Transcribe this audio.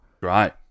Right